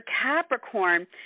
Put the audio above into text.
Capricorn